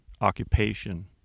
occupation